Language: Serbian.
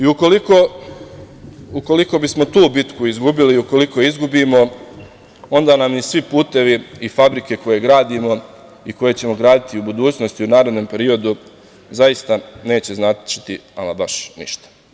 Ukoliko bismo tu bitku izgubili i ukoliko je izgubimo onda nam ni svi putevi i fabrike koje gradimo i koje ćemo grditi u budućnosti u narednom periodu zaista neće značiti ama baš ništa.